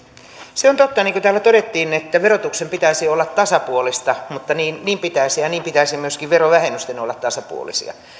se on totta niin kuin täällä todettiin että verotuksen pitäisi olla tasapuolista mutta niin pitäisi myöskin verovähennysten olla tasapuolisia